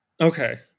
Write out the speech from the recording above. Okay